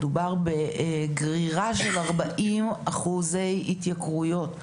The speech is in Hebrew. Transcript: מדובר בגרירה של 40 אחוזי התייקרויות.